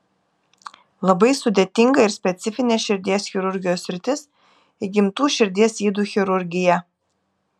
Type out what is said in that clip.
labai sudėtinga ir specifinė širdies chirurgijos sritis įgimtų širdies ydų chirurgija